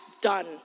done